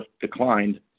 declined